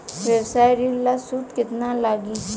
व्यवसाय ऋण ला सूद केतना लागी?